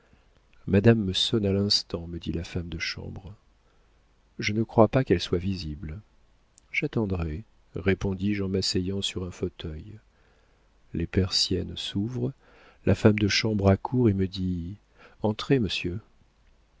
me sonne à l'instant me dit la femme de chambre je ne crois pas qu'elle soit visible j'attendrai répondis-je en m'asseyant sur un fauteuil les persiennes s'ouvrent la femme de chambre accourt et me dit entrez monsieur